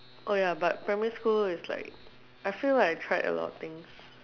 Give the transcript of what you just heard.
oh ya but primary school is like I feel like I tried a lot things